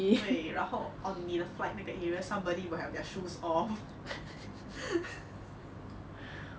对然后 on 你的 flight 那个 area somebody will have their shoes off